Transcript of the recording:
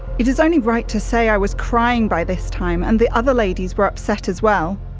it is only right to say i was crying by this time, and the other ladies were upset as well.